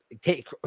take